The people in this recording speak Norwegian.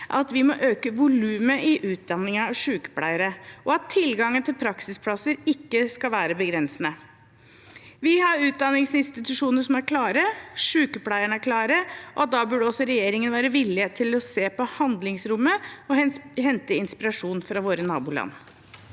at vi må øke volumet i utdanningen av sykepleiere, og at tilgangen til praksisplasser ikke skal være begrensende. Vi har utdanningsinstitusjoner som er klare, sykepleierne er klare, og da burde også regjeringen være villig til å se på handlingsrommet og hente inspirasjon fra våre naboland.